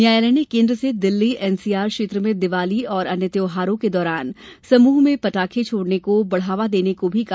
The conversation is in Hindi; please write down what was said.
न्यायालय ने केन्द्र से दिल्ली एनसीआर क्षेत्र में दिवाली और अन्य त्योहारों के दौरान समूह में पटाखे छोड़ने को बढ़ावा देने को भी कहा